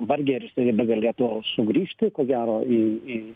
vargiai ar jisai ir begalėtų sugrįžti ko gero į į